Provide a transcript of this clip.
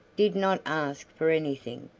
did not ask for anything.